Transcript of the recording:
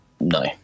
no